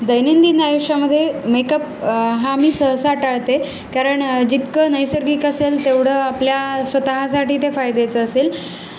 दैनंदिन आयुष्यामध्ये मेकअप हा मी सहसा टाळते कारण जितकं नैसर्गिक असेल तेवढं आपल्या स्वतःसाठी ते फायद्याचं असेल